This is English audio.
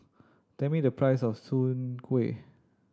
tell me the price of Soon Kuih